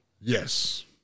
Yes